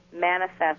manifest